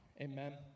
Amen